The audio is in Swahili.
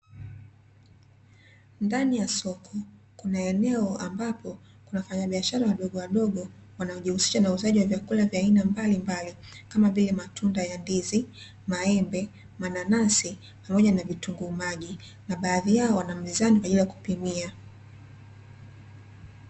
Ndani ya soko kuna eneo ambapo wafanyabishara wadogo wadogo wanaojihusisha na uuzaji wa vyakula vya aina mbalimbali kama vile: matunda ya ndizi, maembe, mananasi pamoja na vitunguu maji na baadhi yao wana mizani kwa ajili kupimia.